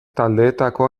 taldeetako